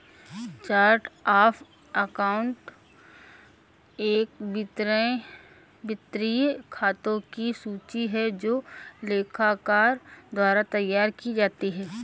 chart of account एक वित्तीय खातों की सूची है जो लेखाकार द्वारा तैयार की जाती है